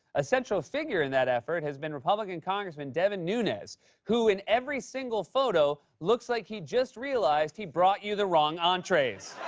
a central figure in that effort has been republican congressman devin nunes, who in every single photo looks like he just realized he brought you the wrong entrees.